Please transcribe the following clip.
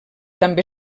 també